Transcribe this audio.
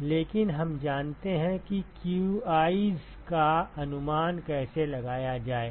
लेकिन हम जानते हैं कि qi's का अनुमान कैसे लगाया जाए